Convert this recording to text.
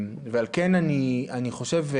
ועל כן אני חושב,